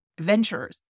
ventures